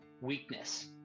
weakness